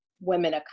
women